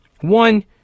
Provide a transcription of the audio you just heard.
one